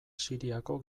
siriako